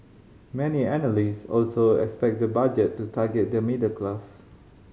many analysts also expect the Budget to target the middle class